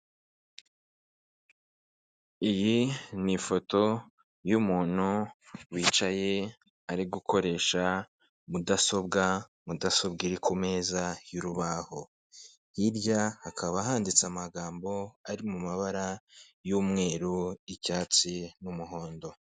Iyi n'ifoto y'umuntu wicaye ari gukoresha mudasobwa, mudasobwa iri kumeza y'urubaho hirya hakaba handitse amagambo ari mu mabara y'umweru, icyatsi n'umuhondo.